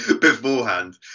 beforehand